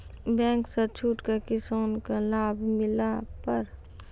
Bank से छूट का किसान का लाभ मिला पर?